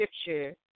scripture